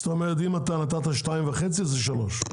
זאת אומרת אם אתה נתת שניים וחצי זה שלוש.